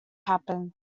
happen